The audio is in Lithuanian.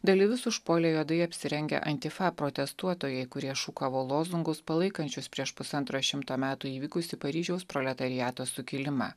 dalyvius užpuolė juodai apsirengę antifa protestuotojai kurie šūkavo lozungus palaikančius prieš pusantro šimto metų įvykusį paryžiaus proletariato sukilimą